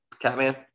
Catman